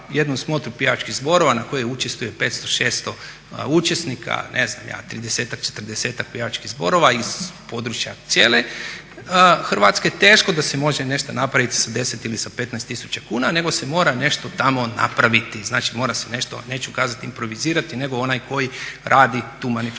za jednu smotru pjevačkih zborova na kojoj učestvuje 500, 600 učesnika, ne znam 30-ak, 40-ak pjevačkih zborova iz područja cijele Hrvatske teško da se može nešto napraviti sa 10 ili sa 15 tisuća kuna, nego se mora nešto tamo napraviti. Znači mora se nešto, neću kazati improvizirati nego onaj koji radi tu manifestaciju